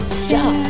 stop